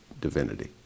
divinity